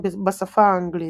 בשפה האנגלית.